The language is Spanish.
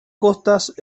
costas